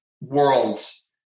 worlds